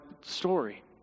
story